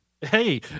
Hey